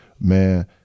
man